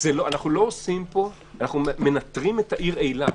אנחנו מנטרים את העיר אילת.